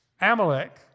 Amalek